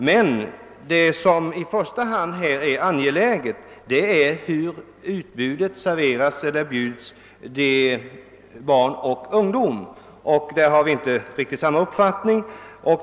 Men det som i första hand härvidlag är angeläget är hur utbudet bjuds barn och ungdom. På den punkten har vi inte riktigt samma uppfattning.